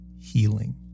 Healing